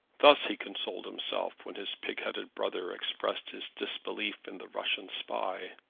thus he consoled himself when his pigheaded brother expressed his disbelief in the russian spy.